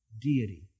deity